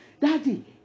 Daddy